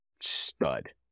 Stud